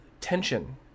tension